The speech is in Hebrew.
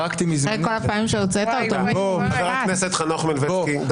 חבר הכנסת חנוך מלביצקי.